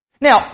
Now